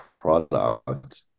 product